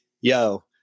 yo